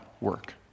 work